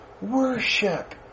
worship